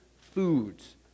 foods